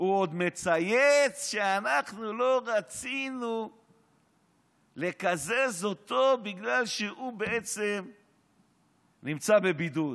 הוא עוד מצייץ שאנחנו לא רצינו לקזז אותו בגלל שהוא בעצם נמצא בבידוד.